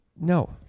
No